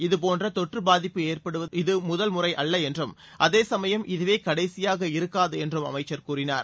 இதபோன்ற தொற்று பாதிப்பு ஏற்படுவது இது முதல் முறையல்ல என்றும் அதே சமயம் இதுவே கடைசியாக இருக்காது என்றும் அமைச்சர் கூறினார்